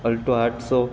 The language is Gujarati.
અલ્ટો આઠસો